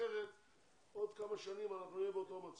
אחרת עוד כמה שנים אנחנו נהיה באותו מצב.